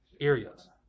areas